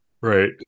right